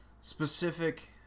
specific